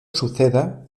suceda